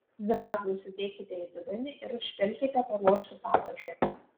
zrazus sudėkite į dubenį ir užpilkite paruoštu padažu